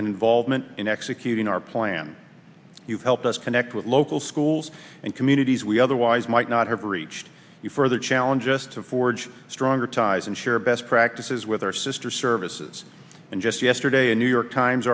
involvement in executing our plan you help us connect with local schools and communities we otherwise might not have reached you further challenge us to forge stronger ties and share best practices with our sister services and just yesterday a new york times